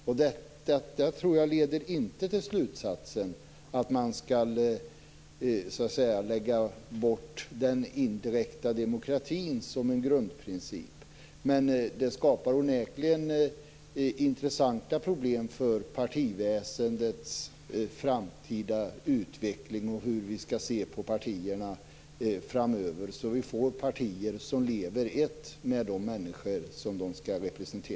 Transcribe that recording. Jag tror inte att det här leder till slutsatsen att man så att säga skall lägga bort den indirekta demokratin som en grundprincip, men det skapar onekligen intressanta problem för partiväsendets framtida utveckling och för vårt sätt att se på partierna framöver. Det handlar ju om att få partier som är ett med de människor som de skall representera.